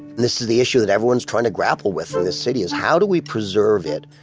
this is the issue that everyone is trying to grapple within this city is how do we preserve it,